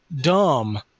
dumb